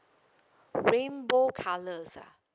rainbow colours ah